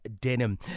denim